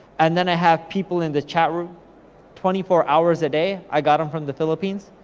and then i have people in the chat room twenty four hours a day. i got em from the philippines,